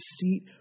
deceit